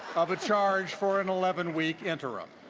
of a charge for an eleven week interim.